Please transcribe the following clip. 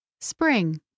Spring